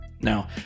Now